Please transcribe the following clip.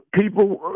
people